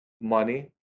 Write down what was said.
money